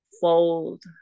fold